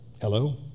Hello